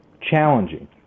challenging